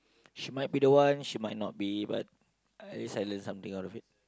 she might be the one she might not be but at least I learn something out of it